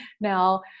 Now